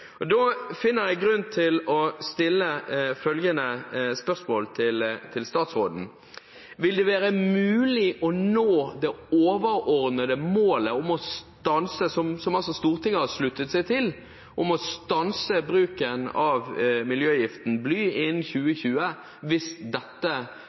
Da finner jeg grunn til å stille følgende spørsmål til statsråden: Vil det være mulig å nå det overordnede målet som Stortinget har sluttet seg til, om å stanse bruken av miljøgiften bly innen